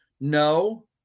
No